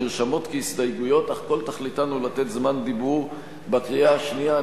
שנרשמות כהסתייגויות אך כל תכליתן היא לתת זמן דיבור בקריאה השנייה.